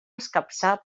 escapçar